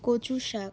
কচু শাক